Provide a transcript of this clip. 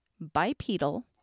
bipedal